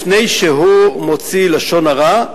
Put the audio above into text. לפני שהוא מוציא לשון הרע,